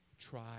Try